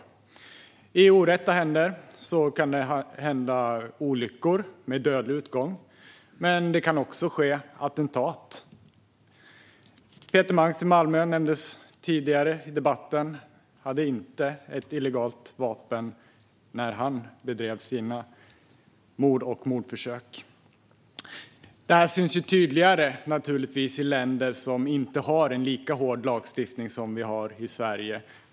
Med vapen i orätta händer kan det ske olyckor med dödlig utgång. Men det kan också ske attentat. Peter Mangs i Malmö nämndes tidigare i debatten. Han hade inte ett illegalt vapen när han begick sina mord och mordförsök. Detta syns naturligtvis tydligare i länder som inte har en lika hård lagstiftning som vi har i Sverige.